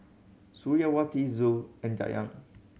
Suriawati Zul and Dayang